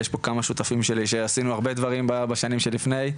יש פה כמה שותפים שלי שעשינו הרבה דברים בשנים שלפני.